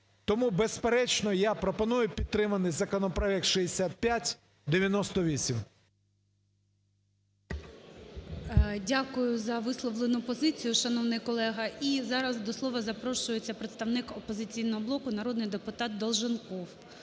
Тому, безперечно, я пропоную підтримати законопроект 6598. ГОЛОВУЮЧИЙ. Дякую за висловлену позицію, шановний колего. І зараз до слова запрошується представник "Опозиційного блоку" народний депутат Долженков.